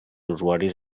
usuaris